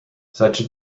such